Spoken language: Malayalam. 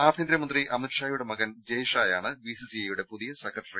ആഭ്യന്തര മന്ത്രി അമിത്ഷായുടെ മകൻ ജയ്ഷായാണ് ബി സി സി ഐയുടെ പുതിയ സെക്രട്ടറി